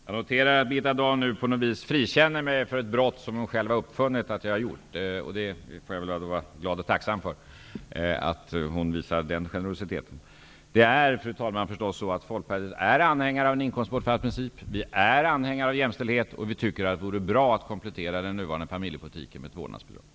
Fru talman! Jag noterar att Birgitta Dahl nu på något vis frikänner mig från ett brott som hon själv har uppfunnit att jag har begått. Jag får väl vara glad och tacksam för att hon visar den generositeten. Fru talman! Folkpartiet är förstås anhängare av en inkomstbortfallsprincip. Vi är anhängare av jämställdhet. Och vi tycker att det vore bra att komplettera den nuvarande familjepolitiken med ett vårdnadsbidrag.